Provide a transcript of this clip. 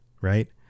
right